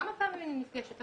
כמה פעמים אני נפגשת,